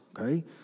okay